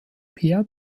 pierre